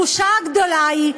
הבושה הגדולה היא שאתה,